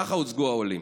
ככה הוצגו העולים.